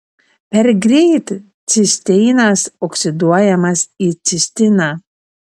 per greit cisteinas oksiduojamas į cistiną